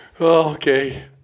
Okay